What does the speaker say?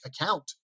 account